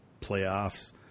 playoffs